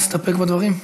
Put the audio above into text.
להסתפק בדברים?